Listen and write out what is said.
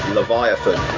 Leviathan